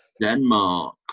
Denmark